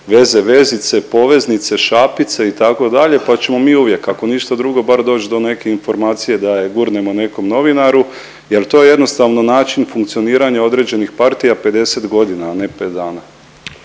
veze, vezice, poveznice, šapice itd., pa ćemo mi uvijek ako ništa drugo bar doći do neke informacije da je gurnemo nekom novinaru jer to je jednostavno način funkcioniranja određenih partija 50 godina, a ne 5 dana.